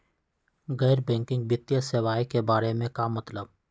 गैर बैंकिंग वित्तीय सेवाए के बारे का मतलब?